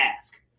ask